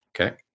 Okay